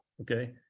okay